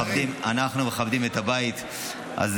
אנחנו מכבדים את הבית הזה.